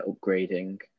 upgrading